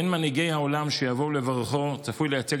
בין מנהיגי העולם שיבואו לברכו צפוי לייצג